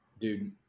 dude